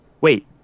Wait